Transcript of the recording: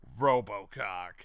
robocock